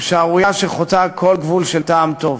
שערורייה שחוצה כל גבול של טעם טוב.